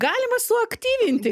galima suaktyvinti